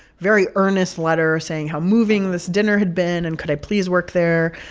very earnest letter saying how moving this dinner had been. and could i please work there?